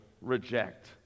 reject